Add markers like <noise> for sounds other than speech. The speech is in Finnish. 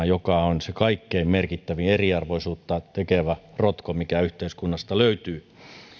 <unintelligible> joka on se kaikkein merkittävin eriarvoisuutta tekevä rotko mikä yhteiskunnasta löytyy